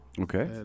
Okay